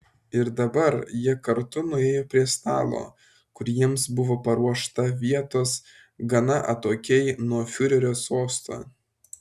ir dabar jie kartu nuėjo prie stalo kur jiems buvo paruošta vietos gana atokiai nuo fiurerio sosto